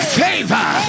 favor